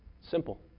Simple